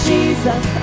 Jesus